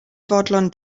fodlon